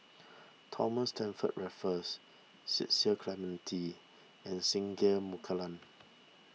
Thomas Stamford Raffles Cecil Clementi and Singai Mukilan